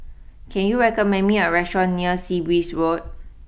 can you recommend me a restaurant near Sea Breeze Road